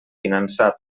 finançar